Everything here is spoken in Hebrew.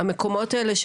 המקומות האלה,